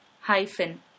hyphen